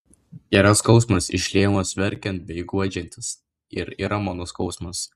yra skausmas išliejamas verkiant bei guodžiantis ir yra mano skausmas